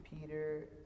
Peter